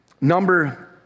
Number